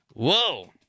Whoa